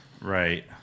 Right